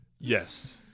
Yes